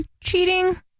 cheating